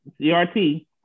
CRT